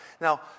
Now